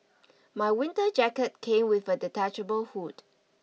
my winter jacket came with a detachable hood